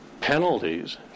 penalties